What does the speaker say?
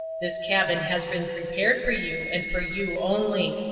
this cabin has been prepared for you, and for you only.